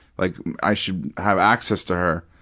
like i should have access to her,